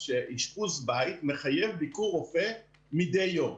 שאשפוז בית מחייב ביקור רופא מדי יום